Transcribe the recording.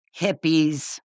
hippies